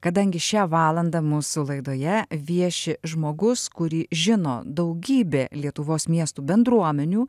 kadangi šią valandą mūsų laidoje vieši žmogus kurį žino daugybė lietuvos miestų bendruomenių